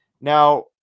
Now